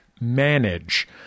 manage